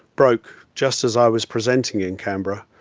broke just as i was presenting in canberra,